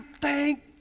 thank